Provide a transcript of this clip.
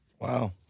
Wow